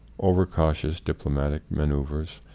overcautious diplomatic maneuvers,